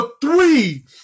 three